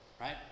right